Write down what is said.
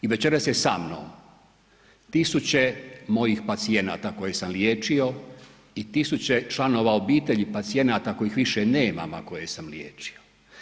I večeras je sa mnom tisuće mojih pacijenata koje sam liječio i tisuće članova obitelji pacijenata kojih više nemam, a koje sam liječio.